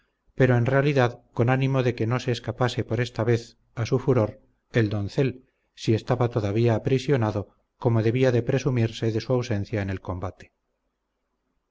pero en realidad con ánimo de que no se escapase por esta vez a su furor el doncel si estaba todavía aprisionado como debía de presumirse de su ausencia en el combate